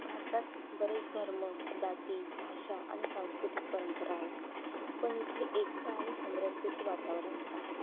भारतात बरेच धर्म जाती भाषा आणि सांस्कृतिक परंपरा आहेत पण इथे एकता आणि समरसतेचं वातावरण आहे